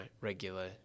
regular